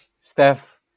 Steph